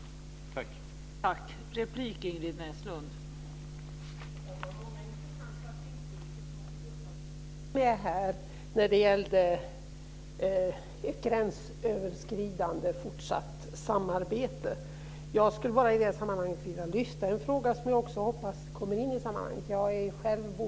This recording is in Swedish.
Tack!